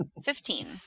Fifteen